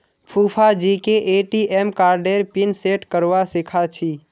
फूफाजीके ए.टी.एम कार्डेर pin set करवा सीखा छि